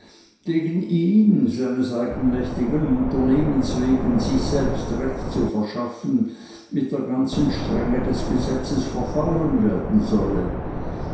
gegen ihn seines eigenmächtigen unternehmens wegen sich selbst recht zu verschaffen mit der ganzen strenge des gesetzes verfahren werden solle